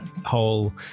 whole